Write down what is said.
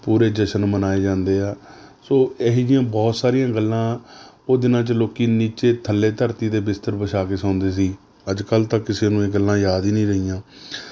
ਪੂਰੇ ਜਸ਼ਨ ਮਨਾਏ ਜਾਂਦੇ ਹੈ ਸੋ ਇਹ ਜਿਹੀਆਂ ਬਹੁਤ ਸਾਰੀਆਂ ਗੱਲਾਂ ਉਹ ਦਿਨਾਂ 'ਚ ਲੋਕ ਨੀਚੇ ਥੱਲੇ ਧਰਤੀ 'ਤੇ ਬਿਸਤਰ ਵਿਛਾ ਕੇ ਸੌਂਦੇ ਸੀ ਅੱਜ ਕੱਲ੍ਹ ਤਾਂ ਕਿਸੇ ਨੂੰ ਇਹ ਗੱਲਾਂ ਯਾਦ ਹੀ ਨਹੀਂ ਰਹੀਆਂ